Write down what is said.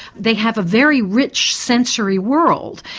they have a very rich sensory world,